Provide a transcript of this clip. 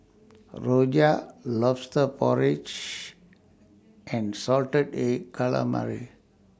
Rojak Lobster Porridge and Salted Egg Calamari